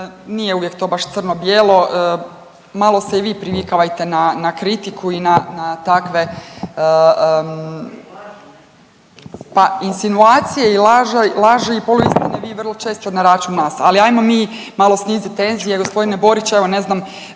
Nije uvijek to baš crno-bijelo. Malo se i vi privikavajte na kritiku i na takve pa insinuacije i laži i polu istine vi vrlo često na račun nas. Ali hajmo mi malo snizit tenzije. Gospodine Borić evo ne znam,